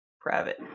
private